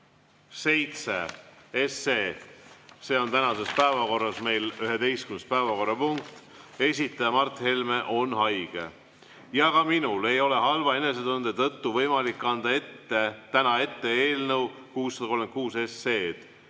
637 SE, mis on tänases päevakorras meie 11. päevakorrapunkt, esitaja Mart Helme on haige ja ka minul ei ole halva enesetunde tõttu võimalik kanda täna ette eelnõu 636 SE,